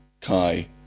Kai